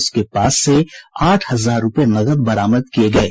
उसके पास से आठ हजार रूपये नकद बरामद किये गये